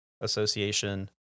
association